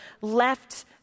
left